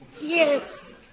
Yes